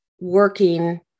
working